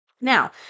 Now